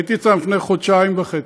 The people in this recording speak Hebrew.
הייתי איתם לפני חודשיים וחצי,